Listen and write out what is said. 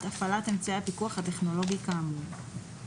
הפעלת אמצעי הפיקוח הטכנולוגי כאמור.